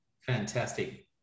Fantastic